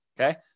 Okay